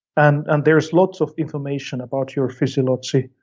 and and there's lots of information about your physiology,